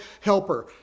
helper